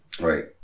Right